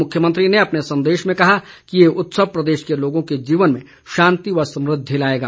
मुख्यमंत्री ने अपने संदेश में कहा कि ये उत्सव प्रदेश के लोगों के जीवन में शांति व समृद्धि लाएगा